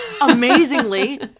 amazingly